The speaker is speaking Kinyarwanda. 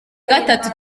gatatu